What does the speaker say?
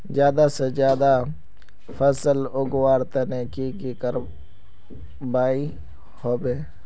ज्यादा से ज्यादा फसल उगवार तने की की करबय होबे?